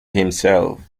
himself